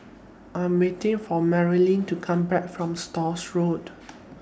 I Am waiting For Maryanne to Come Back from Stores Road